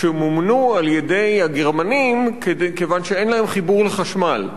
שמומנו על-ידי הגרמנים כיוון שאין להם חיבור לחשמל.